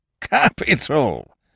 Capital